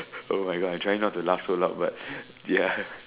[oh]-my-God I'm trying not to laugh so loud but ya